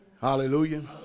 hallelujah